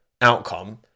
outcome